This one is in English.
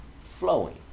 flowing